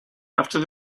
after